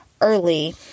early